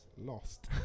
lost